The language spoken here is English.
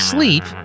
Sleep